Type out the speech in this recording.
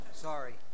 Sorry